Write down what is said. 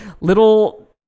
little